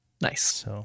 Nice